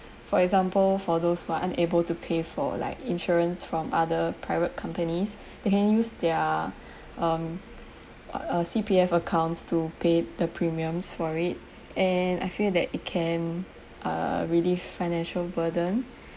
for example for those who are unable to pay for like insurance from other private companies they can use their um uh C_P_F accounts to pay the premiums for it and I feel that it can uh relieve financial burden